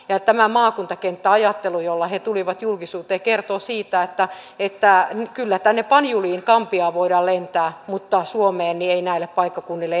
ja tämä maakuntakenttäajattelu jolla he tulivat julkisuuteen kertoo siitä että kyllä sinne banjuliin gambiaan voidaan lentää mutta suomeen ei näille paikkakunnille enää sitten lennettäisikään